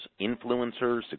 influencers